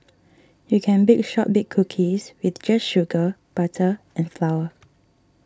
you can bake Shortbread Cookies with just sugar butter and flour